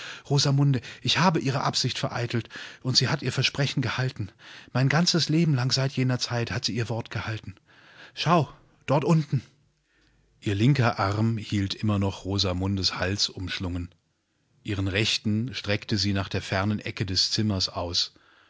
sowürdesieausderandernweltmichheimsuchen rosamunde ich habe ihre absicht vereitelt und sie hat ihr versprechen gehalten mein ganzes leben langseitjenerzeithatsieihrwortgehalten schau dortunten ihr linker arm hielt immer noch rosamundes hals umschlungen ihren rechten streckte sie nach der fernen ecke des zimmers aus